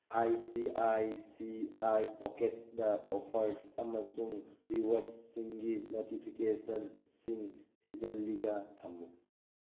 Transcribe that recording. I C I C I ꯄꯣꯀꯦꯠꯁꯗ offers ꯑꯃꯁꯨꯡ ꯔꯤꯋꯔꯠꯁꯁꯤꯡꯒꯤ ꯅꯣꯇꯤꯐꯤꯀꯦꯁꯟꯁꯤꯡ ꯊꯤꯡꯖꯤꯜꯂꯒ ꯊꯝꯃꯨ